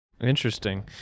Interesting